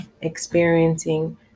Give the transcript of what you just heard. experiencing